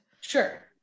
Sure